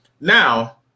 now